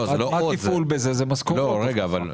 לא, זה לא עוד.